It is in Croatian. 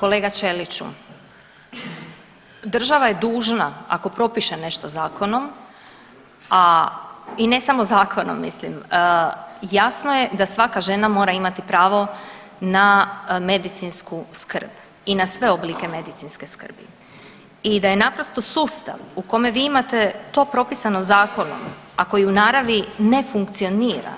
Kolega Ćeliću, država je dužna ako propiše nešto zakonom, i ne samo zakonom mislim, jasno je da svaka žena mora imati pravo na medicinsku skrb i na sve oblike medicinske skrbi i da je naprosto sustav u kome vi imate to propisano zakonom, a koji u naravi ne funkcionira